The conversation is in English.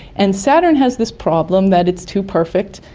and saturn has this problem that it's too perfect.